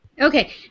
Okay